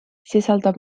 sisaldab